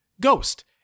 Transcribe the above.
Ghost